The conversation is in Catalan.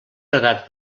agradat